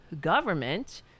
government